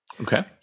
Okay